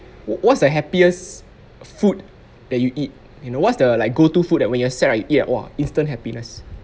wh~ what's the happiest food that you eat you know what's the like go to food that when you're sad and eat !wah! instant happiness